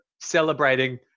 celebrating